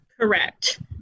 Correct